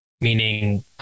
meaning